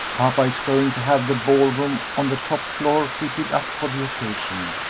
papa is going to have the ball-room on the top floor fitted up for the occasion,